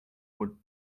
would